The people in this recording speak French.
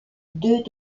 deux